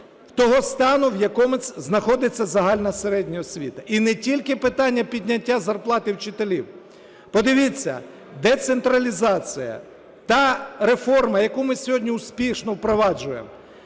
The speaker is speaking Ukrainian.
того стану, в якому знаходиться загальна середня освіта, і не тільки питання підняття зарплати вчителям. Подивіться, децентралізація – та реформа, яку ми сьогодні успішно впроваджуємо